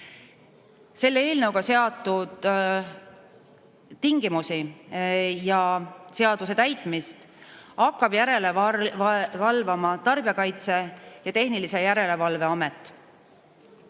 Selle eelnõuga seatud tingimusi ja seaduse täitmist hakkab järele valvama Tarbijakaitse ja Tehnilise Järelevalve Amet.